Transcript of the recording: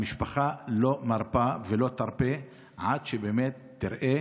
המשפחה לא מרפה ולא תרפה עד שבאמת תראה